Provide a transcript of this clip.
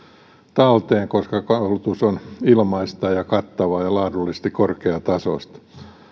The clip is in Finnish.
talteen koska koulutus on ilmaista ja kattavaa ja ja laadullisesti korkeatasoista